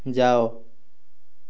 ଯାଅ